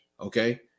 okay